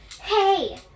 Hey